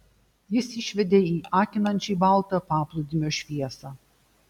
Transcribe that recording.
jis išvedė į akinančiai baltą paplūdimio šviesą